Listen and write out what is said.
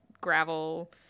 gravel